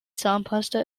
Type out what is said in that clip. zahnpasta